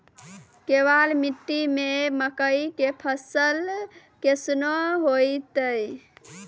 केवाल मिट्टी मे मकई के फ़सल कैसनौ होईतै?